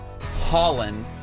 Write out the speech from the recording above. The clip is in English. Holland